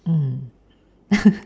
mm